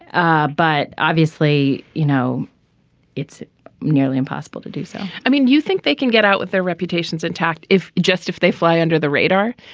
ah but obviously you know it's nearly impossible to do so i mean you think they can get out with their reputations intact if justice they fly under the radar.